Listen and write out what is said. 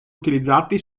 utilizzati